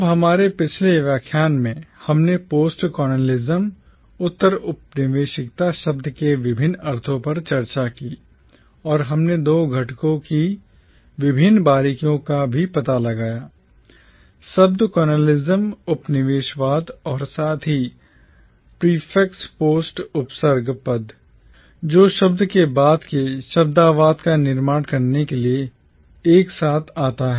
अब हमारे पिछले व्याख्यान में हमने postcolonialism उत्तर औपनिवेशिकता शब्द के विभिन्न अर्थों पर चर्चा की और हमने दो घटकों की विभिन्न बारीकियों का भी पता लगाया शब्द colonialism उपनिवेशवाद और साथ ही prefix post उपसर्ग पद जो शब्द के बाद के शब्दवाद का निर्माण करने के लिए एक साथ आता है